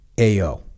AO